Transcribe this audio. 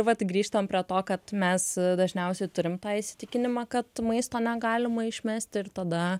vat grįžtam prie to kad mes dažniausiai turim tą įsitikinimą kad maisto negalima išmesti ir tada